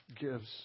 gives